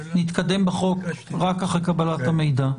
נתקדם בחוק רק אחרי קבלת המידע.